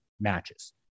matches